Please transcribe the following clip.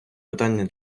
питання